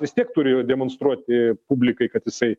vis tiek turėjo demonstruoti publikai kad jisai